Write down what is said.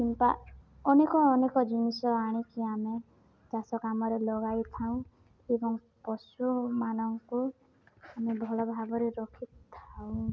କିମ୍ବା ଅନେକ ଅନେକ ଜିନିଷ ଆଣିକି ଆମେ ଚାଷ କାମରେ ଲଗାଇଥାଉ ଏବଂ ପଶୁମାନଙ୍କୁ ଆମେ ଭଲ ଭାବରେ ରଖିଥାଉ